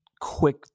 quick